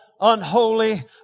unholy